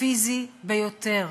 הפיזי ביותר.